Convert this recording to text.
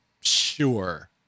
sure